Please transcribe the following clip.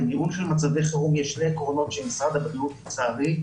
בניהול של מצבי חירום יש שני עקרונות שמשרד הבריאות לצערי,